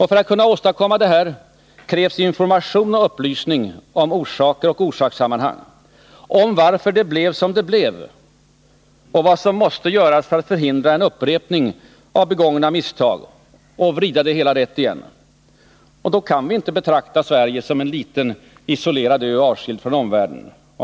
För att kunna åstadkomma detta behövs information och upplysning om orsaker och orsakssammang, om varför det blev som det blev och vad som måste göras för att förhindra en upprepning av begångna misstag och för att vrida det hela rätt igen. Och då kan vi inte betrakta Sverige som en liten isolerad ö, avskild från omvärlden.